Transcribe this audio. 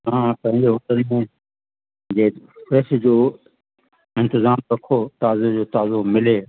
तव्हां पंहिंजे होटल में जे फ़्रेश जो इंतज़ामु रखो ताज़े जो ताज़ो मिले